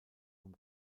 vom